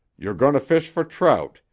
you're going to fish for trout,